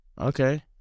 Okay